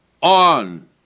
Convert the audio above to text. on